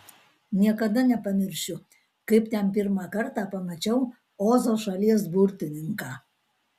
niekada nepamiršiu kaip ten pirmą kartą pamačiau ozo šalies burtininką